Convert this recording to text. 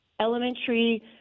Elementary